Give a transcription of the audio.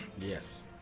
Yes